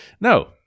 No